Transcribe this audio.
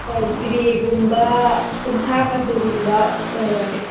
ꯍꯣꯏ ꯒ꯭ꯔꯦꯒꯨꯝꯕ ꯎꯟꯁꯥ ꯃꯆꯨꯒꯨꯝꯕ ꯑꯣꯏꯔꯒꯦ